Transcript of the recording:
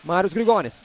marius grigonis